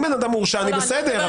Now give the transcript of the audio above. אם בן אדם מורשע, אני בסדר.